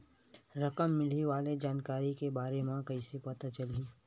रकम मिलही वाले के जानकारी के बारे मा कइसे पता चलही?